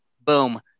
boom